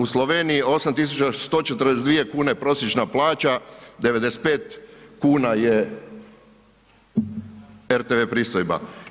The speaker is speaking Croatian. U Sloveniji 8.142 kune prosječna plaća, 95 kuna je rtv pristojba.